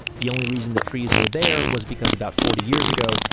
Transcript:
the only reason the trees were there was because about forty years ago,